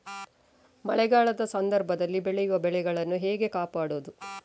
ಮಳೆಗಾಲದ ಸಂದರ್ಭದಲ್ಲಿ ಬೆಳೆಯುವ ಬೆಳೆಗಳನ್ನು ಹೇಗೆ ಕಾಪಾಡೋದು?